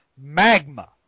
Magma